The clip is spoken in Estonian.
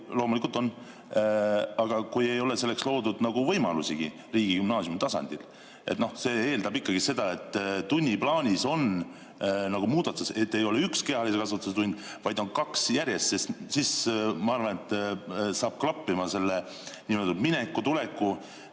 Loomulikult on. Aga kui ei ole selleks loodud võimalusigi riigigümnaasiumi tasandil? See eeldab seda, et tunniplaanis on muudatused, et ei ole üks kehalise kasvatuse tund, vaid on kaks järjest, sest siis, ma arvan, saab klappima selle mineku, tuleku,